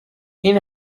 این